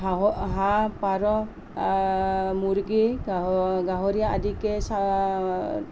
হাঁহ হাঁহ পাৰ মুৰ্গী গাহ গাহৰি আদিকে ছা